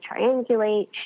triangulate